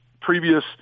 previous